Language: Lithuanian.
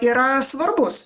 yra svarbus